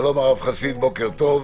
שלום הרב חסיד, בוקר טוב.